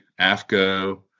AFCO